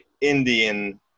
Indian